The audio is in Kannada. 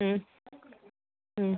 ಹ್ಞೂ ಹ್ಞೂ